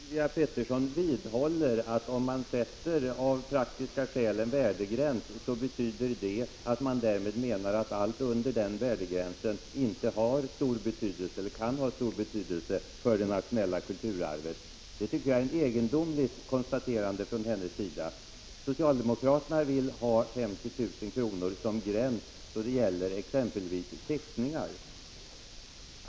Herr talman! Sylvia Pettersson vidhåller att om man av praktiska skäl sätter en värdegräns, så innebär det att man därmed menar att allt under den värdegränsen inte kan ha stor betydelse för det nationella kulturarvet. Det tycker jag är ett egendomligt påstående från hennes sida. Socialdemokraterna vill ha 50 000 kr. som gräns exempelvis när det gäller teckningar.